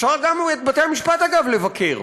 אפשר גם את בתי-המשפט, אגב, לבקר.